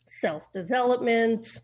self-development